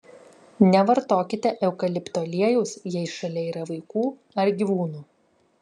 nevartokite eukalipto aliejaus jei šalia yra vaikų ar gyvūnų